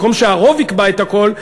במקום שהרוב יקבע את הכול,